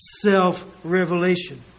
self-revelation